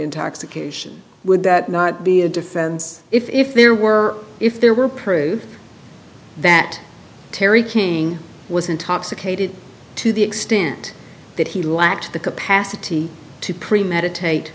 intoxication would that not be a defense if there were if there were proof that terry king was intoxicated to the extent that he lacked the capacity to premeditate